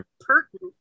pertinent